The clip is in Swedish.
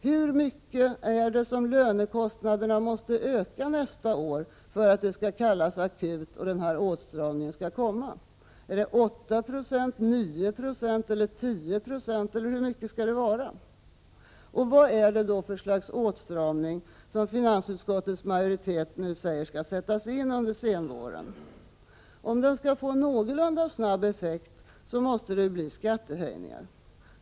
Hur mycket måste lönekostnaderna öka nästa år för att det skall kallas akut och den här åtstramningen skall komma? Är det 8, 9 eller 10 96, eller hur mycket skall det vara? Och vad är det för slags åtstramning som finansutskottets majoritet nu säger skall sättas in under senvåren? Om den skall få någorlunda snabb effekt måste det bli skattehöjningar.